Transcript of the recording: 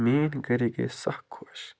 میٲنۍ گَرٕکۍ ٲسۍ سخ خۄش